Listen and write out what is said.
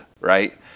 right